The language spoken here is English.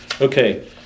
Okay